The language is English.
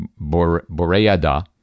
Boreada